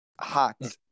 hot